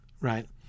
right